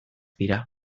dira